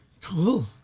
Cool